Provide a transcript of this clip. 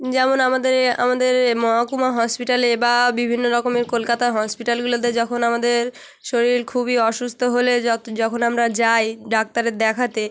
যেমন আমাদের আমাদের মহকুমা হসপিটালে বা বিভিন্ন রকমের কলকাতার হসপিটালগুলোতে যখন আমাদের শরীর খুবই অসুস্থ হলে যত যখন আমরা যাই ডাক্তার দেখাতে